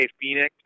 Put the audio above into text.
Phoenix